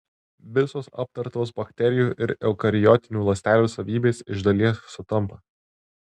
visos aptartos bakterijų ir eukariotinių ląstelių savybės iš dalies sutampa